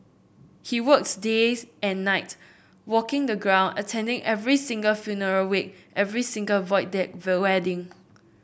he works days and night walking the ground attending every single funeral wake every single Void Deck wedding